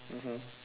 mmhmm